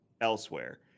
elsewhere